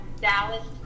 Dallas